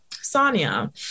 Sonia